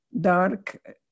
dark